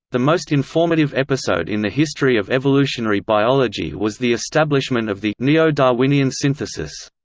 the most informative episode in the history of evolutionary biology was the establishment of the neo-darwinian synthesis.